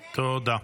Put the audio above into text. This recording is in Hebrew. תודה.